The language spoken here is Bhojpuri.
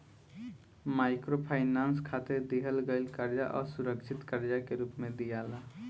माइक्रोफाइनांस खातिर दिहल गईल कर्जा असुरक्षित कर्जा के रूप में दियाला